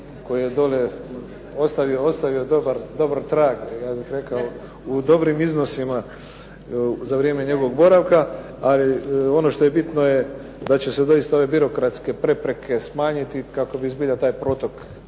koji je dolje ostavio dobar trag, ja bih rekao u dobrim iznosima za vrijeme njegovog boravka. Ali ono što je doista bitno je da će se doista ove birokratske prepreke smanjiti, kako bi zbilja taj protok